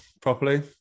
properly